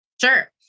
Sure